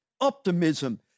Optimism